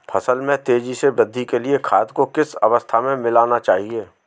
फसल में तेज़ी से वृद्धि के लिए खाद को किस अवस्था में मिलाना चाहिए?